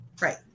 Right